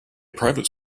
private